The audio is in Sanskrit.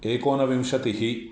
एकोनविंशतिः